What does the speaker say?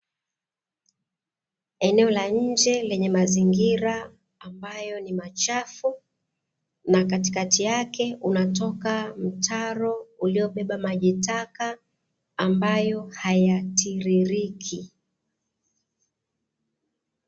Eneo la nje lenye mazingira ambayo ni machafu, na katikati yake unatoka mtaro uliobeba maji taka ambayo hayatiririki.